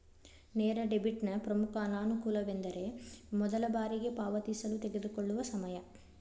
ನೇರ ಡೆಬಿಟ್ನ ಪ್ರಮುಖ ಅನಾನುಕೂಲವೆಂದರೆ ಮೊದಲ ಬಾರಿಗೆ ಪಾವತಿಸಲು ತೆಗೆದುಕೊಳ್ಳುವ ಸಮಯ